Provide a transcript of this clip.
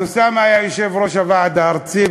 אוסאמה היה יושב-ראש הוועד הארצי,